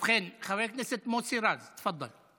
ובכן, חבר הכנת מוסי רז, תפדל.